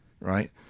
right